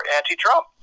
anti-Trump